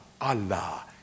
Allah